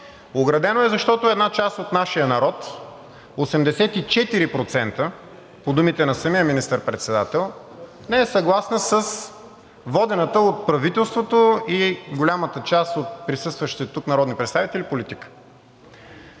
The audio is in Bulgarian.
оградено е, защото една част от нашия народ – 84% по думите на самия министър-председател, не е съгласен с политиката, водена от правителството и голямата част от присъстващите тук народни представители. Искам